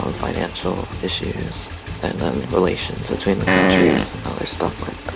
um financial issues and then relations between the countries, other stuff like that.